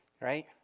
right